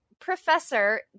professor